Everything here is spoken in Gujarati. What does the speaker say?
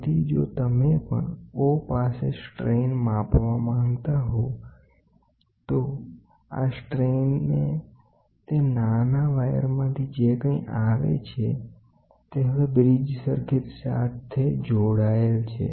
તેથી જો તમે પણ O પાસે સ્ટ્રેન માપવા માંગતા હો તો ઓ નાના વાયરમાંથી જે કાંઈ પણ સ્ટ્રેન આવે છે તે હવે બ્રીજ સર્કિટ સાથે જોડાયેલ છે